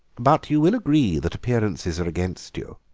but you will agree that appearances are against you.